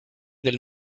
del